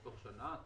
תוך שנה?